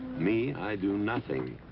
me. i do nothing.